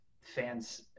fans